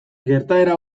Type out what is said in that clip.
gertaera